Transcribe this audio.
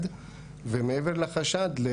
תודה.